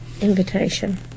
Invitation